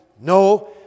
No